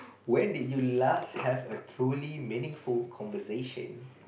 when did you last have a truly meaningful conversation